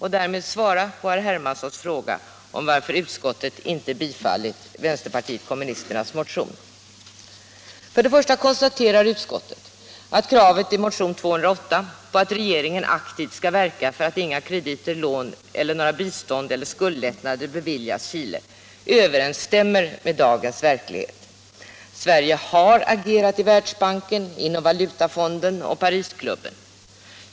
Därmed svarar jag också på herr Hermanssons fråga om varför utskottet inte tillstyrkt vänsterpartiet kommunisternas motion. För det första konstaterar utskottet att kravet i motion 208 på att regeringen aktivt skall verka för att inga krediter, lån, bistånd eller skuldlättnader beviljas Chile överensstämmer med dagens verklighet. Sverige har agerat i Världsbanken, inom Valutafonden och den s.k. Parisklubben.